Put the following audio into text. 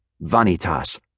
Vanitas